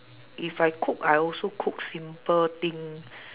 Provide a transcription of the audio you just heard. if I cook I also cook simple thing